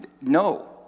no